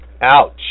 Ouch